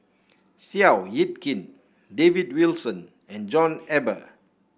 Seow Yit Kin David Wilson and John Eber